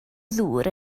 ddŵr